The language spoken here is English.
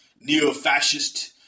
neo-fascist